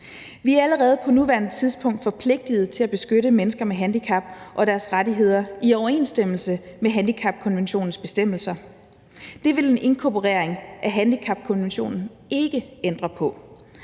Vi er allerede på nuværende tidspunkt forpligtet til at beskytte mennesker med handicap og deres rettigheder i overensstemmelse med handicapkonventionens bestemmelser. Det vil en inkorporering af handicapkonventionen ikke ændre på.